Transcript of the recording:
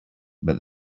but